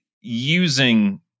using